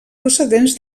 procedents